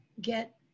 get